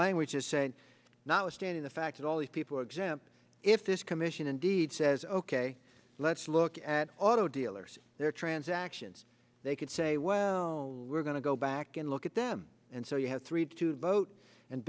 language is saying notwithstanding the fact that all these people example if this commission indeed says ok let's look at auto dealers their transactions they could say well we're going to go back and look at them and so you have three to vote and